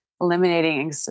eliminating